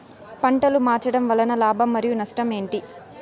పంటలు మార్చడం వలన లాభం మరియు నష్టం ఏంటి